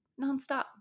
nonstop